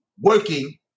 working